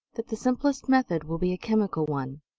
that the simplest method will be a chemical one.